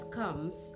comes